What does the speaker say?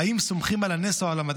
האם סומכים על הנס או על המדע?